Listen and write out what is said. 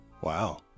wow